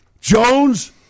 Jones